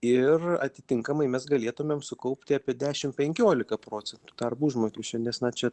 ir atitinkamai mes galėtumėm sukaupti apie dešim penkiolika procentų darbo užmokesčio nes na čia